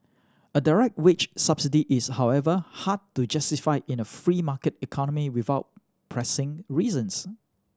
a direct wage subsidy is however hard to justify in a free market economy without pressing reasons